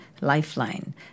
lifeline